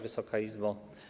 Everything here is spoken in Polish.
Wysoka Izbo!